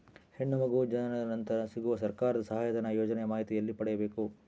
ಹೆಣ್ಣು ಮಗು ಜನನ ನಂತರ ಸಿಗುವ ಸರ್ಕಾರದ ಸಹಾಯಧನ ಯೋಜನೆ ಮಾಹಿತಿ ಎಲ್ಲಿ ಪಡೆಯಬೇಕು?